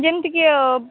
ଯେମିତିକି